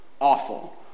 awful